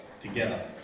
together